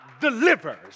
delivers